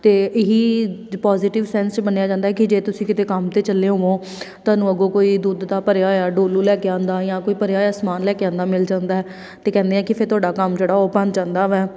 ਅਤੇ ਇਹੀ ਜੇ ਪੋਜ਼ੀਟਿਵ ਸੈਂਸ 'ਚ ਮੰਨਿਆ ਜਾਂਦਾ ਕਿ ਜੇ ਤੁਸੀਂ ਕਿਤੇ ਕੰਮ 'ਤੇ ਚੱਲੇ ਹੋਵੋਂ ਤੁਹਾਨੂੰ ਅੱਗੋਂ ਕੋਈ ਦੁੱਧ ਦਾ ਭਰਿਆ ਹੋਇਆ ਡੋਲੂ ਲੈ ਕੇ ਆਉਂਦਾ ਜਾਂ ਕੋਈ ਭਰਿਆ ਹੋਇਆ ਸਮਾਨ ਲੈ ਕੇ ਆਉਂਦਾ ਮਿਲ ਜਾਂਦਾ ਅਤੇ ਕਹਿੰਦੇ ਆ ਕਿ ਫਿਰ ਤੁਹਾਡਾ ਕੰਮ ਜਿਹੜਾ ਉਹ ਬਣ ਜਾਂਦਾ ਵੈ